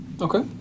Okay